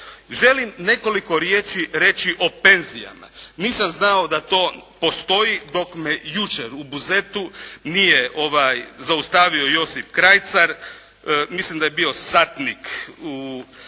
Želim nekoliko riječi reći o penzijama. Nisam znao da to postoji dok me jučer u Buzetu nije zaustavio Josip Krajcar, mislim da je bio satnik u Hrvatskoj